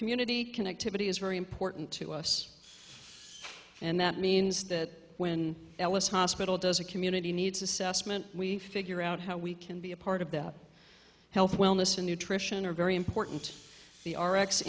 community connectivity is very important to us and that means that when ellis hospital does a community needs assessment we figure out how we can be a part of that health wellness and nutrition are very important the